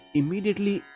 immediately